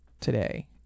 today